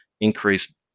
increase